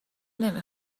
نمی